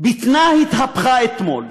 בטנה התהפכה אתמול,